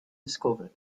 discovered